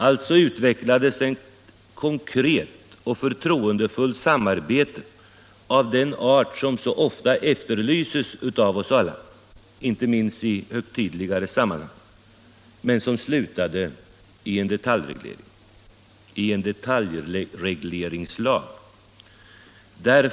Alltså utvecklade sig ett konkret och förtroendefullt samarbete av den art som så ofta efterlyses av oss alla, inte minst i högtidligare sammanhang, men det slutade i en detaljregleringslag.